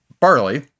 barley